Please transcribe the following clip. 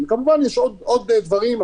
כמובן שיש עוד דברים,